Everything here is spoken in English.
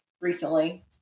recently